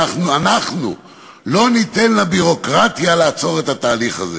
"אנחנו לא ניתן לביורוקרטיה לעצור את התהליך הזה"